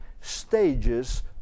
stages